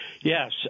yes